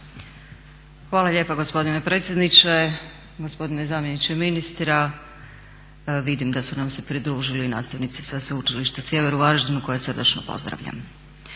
Hvala lijepa gospodine predsjedniče. Gospodine zamjeniče ministra. Vidim da su nam se pridružili i nastavnici sa Sveučilišta Sjever u Varaždinu koje srdačno pozdravljam.